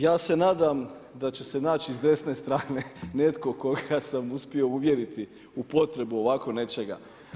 Ja se nadam da će se naći s desne strane netko koga sam uspio uvjeriti u potrebu ovako nečega.